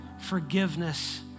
forgiveness